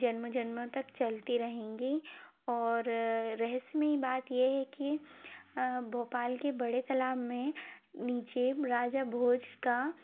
जन्म जन्मों तक चलती रहेंगी और रहस्यमयी बात ये है कि भोपाल के बड़े तालाब में नीचे राजा भोज का